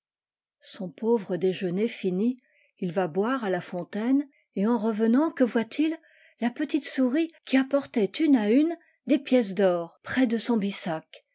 son pauvre déjeuner tini il va boire à la fontaine et en revenant que voit-il la petite souris qui apportait une à une des pièces d or près de son bissac